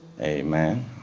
Amen